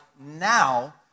now